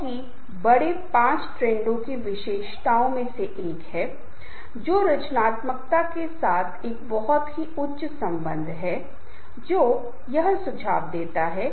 क्योंकि जब लोग चर्चा कर रहे हैं और कुछ विचारों के साथ आ रहे हैं तो कुछ नए विचार आ सकते हैं तो यह हमेशा एक मौका है कि कोई व्यक्ति कुछ बेहतर कुछ अलग कर सकता है जो संगठन के लिए बहुत उपयोगी हो सकता है कंपनी के लिए उद्योग के लिए लाभकारी हो सकता है